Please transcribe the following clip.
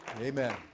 Amen